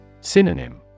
Synonym